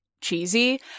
cheesy